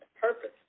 purpose